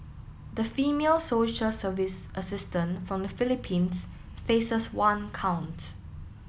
the female social service assistant from the Philippines faces one count